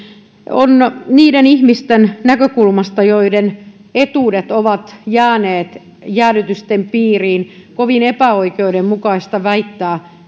on niiden ihmisten näkökulmasta joiden etuudet ovat jääneet jäädytysten piiriin kovin epäoikeudenmukaista väittää